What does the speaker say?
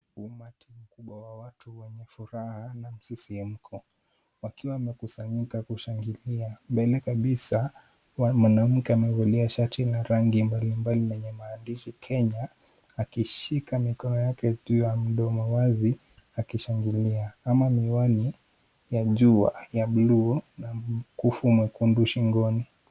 Umati mkubwa wa watu wenye furaha na msisimuko wakiwa wamekusanyika kushangilia. Mbele kabisa, mwanamke amevalia shati la rangi mbali mbali lenye maandishi Kenya akishika mikono yake juu ya mdomo wazi akishangilia, ama miwani ya jua ya buluu na mkufu mwekundu shingoni.